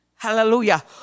Hallelujah